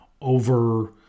over